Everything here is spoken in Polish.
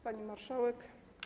Pani Marszałek!